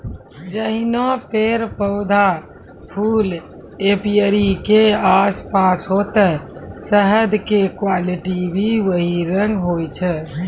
जैहनो पेड़, पौधा, फूल एपीयरी के आसपास होतै शहद के क्वालिटी भी वही रंग होय छै